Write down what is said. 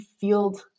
field